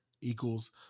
equals